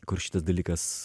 kur šitas dalykas